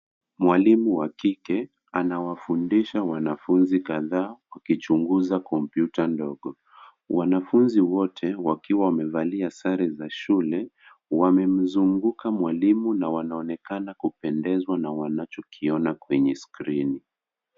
Mwalimu wa kike anawafundisha wanafunzi kadhaa wakichunguza kompyuta ndogo. Wanafunzi wote wakiwa wamevalia sare za shule, wamemzunguka mwalimu na wanaonekana kupendezwa na wanachokiona kwenye skrini.